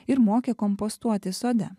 ir mokė kompostuoti sode